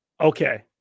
Okay